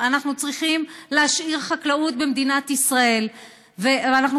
אנחנו צריכים להשאיר חקלאות במדינת ישראל ואנחנו